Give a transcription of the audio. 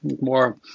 more